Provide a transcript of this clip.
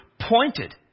pointed